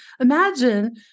imagine